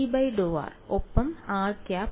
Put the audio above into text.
∂G∂r ഒപ്പം rˆ ഒപ്പം